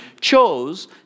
chose